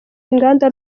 inganda